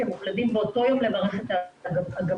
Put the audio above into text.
הם מוקלדים באותו יום למערכת "אגמים".